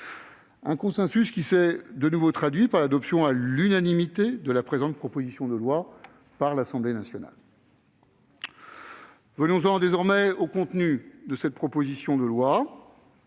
ce consensus s'est de nouveau traduit par l'adoption, à l'unanimité, de la présente proposition de loi par l'Assemblée nationale. Venons-en désormais au contenu de cette proposition de loi.